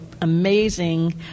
amazing